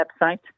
website